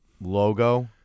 logo